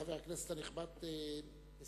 חבר הכנסת הנכבד אלסאנע,